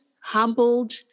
humbled